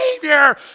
Savior